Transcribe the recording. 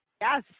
yes